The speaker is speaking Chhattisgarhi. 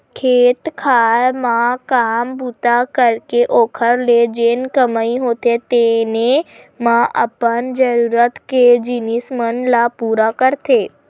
खेत खार म काम बूता करके ओखरे ले जेन कमई होथे तेने म अपन जरुरत के जिनिस मन ल पुरा करथे